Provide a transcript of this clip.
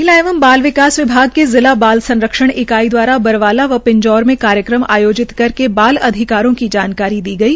महिला एवं बाल विकास विभाग की जिला बाल संरक्षण ईकाइ दवारा बरवाला व पिंजौर में कार्यक्रम आयोजित करके बाल अधिकारों की जानकारी दी गई